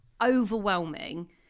overwhelming